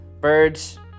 Birds